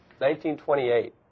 1928